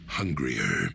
hungrier